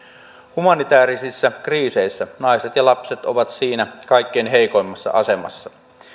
humanitäärisissä kriiseissä naiset ja lapset ovat siinä kaikkein heikoimmassa asemassa